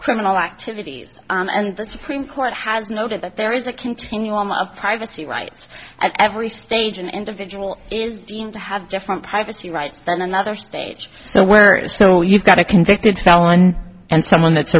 criminal activities and the supreme court has noted that there is a continuum of privacy rights at every stage an individual is deemed to have different privacy rights than another stage so where it is no you've got a convicted felon and someone that's